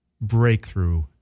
breakthrough